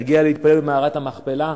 להגיע להתפלל במערת המכפלה,